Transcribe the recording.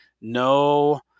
no